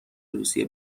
روسیه